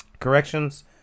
corrections